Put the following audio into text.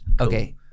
Okay